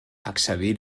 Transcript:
accedir